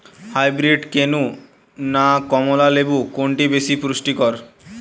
Hybrid কেনু না কমলা লেবু কোনটি বেশি পুষ্টিকর?